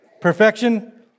Perfection